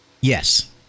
Yes